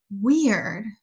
weird